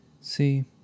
See